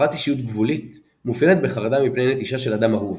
הפרעת אישיות גבולית מאופיינת בחרדה מפני נטישה של אדם אהוב,